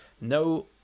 no